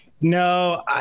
No